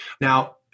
Now